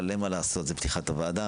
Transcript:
אבל אין מה לעשות, זה פתיחת הוועדה.